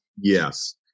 yes